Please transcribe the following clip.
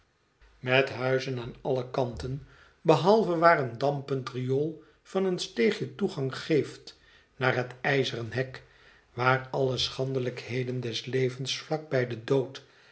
met huizen aan alle kanten behalve waar een dampend riool van een steegje toegang geeft naar het ijzeren hek waar alle schandelijkheden des levens vlak bij den dood